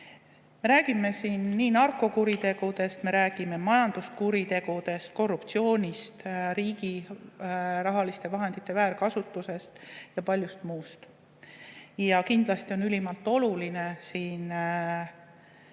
Me räägime siin narkokuritegudest, me räägime majanduskuritegudest, korruptsioonist, riigi rahaliste vahendite väärkasutusest ja paljust muust. Ja kindlasti on ülimalt olulised